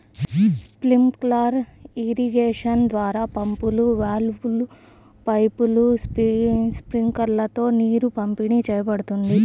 sprinkler irrigation ద్వారా పంపులు, వాల్వ్లు, పైపులు, స్ప్రింక్లర్లతో నీరు పంపిణీ చేయబడుతుంది